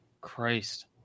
Christ